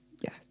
Yes